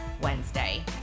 Wednesday